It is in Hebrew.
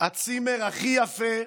הצימר הכי יפה,